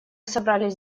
собрались